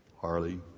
Harley